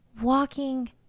walking